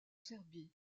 serbie